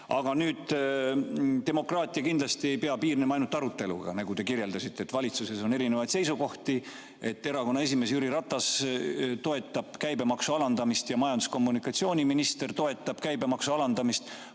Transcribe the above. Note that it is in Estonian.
nüüd, demokraatia kindlasti ei pea piirnema ainult aruteluga, nagu te kirjeldasite. Valitsuses on erinevaid seisukohti. Keskerakonna esimees Jüri Ratas toetab käibemaksu alandamist ning majandus- ja kommunikatsiooniminister toetab käibemaksu alandamist,